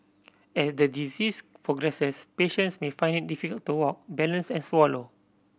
as the disease progresses patients may find it difficult to walk balance and swallow